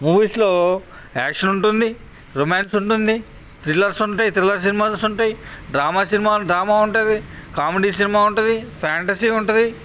మూవీస్లో యాక్షన్ ఉంటుంది రొమాన్స్ ఉంటుంది థ్రిల్లర్స్ ఉంటాయి థ్రిల్లర్స్ సినిమాస్ ఉంటాయి డ్రామా సినిమా డ్రామా ఉంటుంది కామెడీ సినిమా ఉంటుంది ఫాంటసీ ఉంటుంది